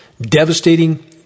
devastating